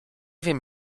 wiem